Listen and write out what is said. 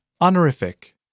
Honorific